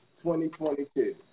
2022